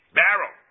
barrel